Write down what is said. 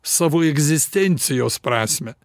savo egzistencijos prasmę